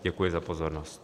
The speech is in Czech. Děkuji za pozornost.